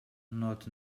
not